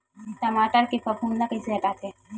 टमाटर के फफूंद ल कइसे हटाथे?